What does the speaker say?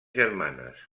germanes